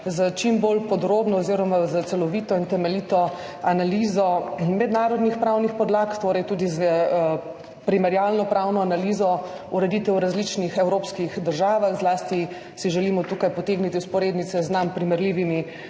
s čim bolj podrobno oziroma s celovito in temeljito analizo mednarodnih pravnih podlag, torej tudi z primerjalno pravno analizo ureditev v različnih evropskih državah. Zlasti si želimo tukaj potegniti vzporednice z nam primerljivimi